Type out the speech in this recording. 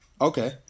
Okay